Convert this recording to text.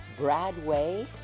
Bradway